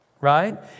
Right